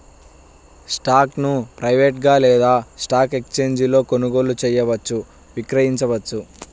స్టాక్ను ప్రైవేట్గా లేదా స్టాక్ ఎక్స్ఛేంజీలలో కొనుగోలు చేయవచ్చు, విక్రయించవచ్చు